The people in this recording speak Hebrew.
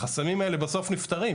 החסמים האלה בסוף נפתרים,